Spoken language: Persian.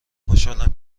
خوشحالم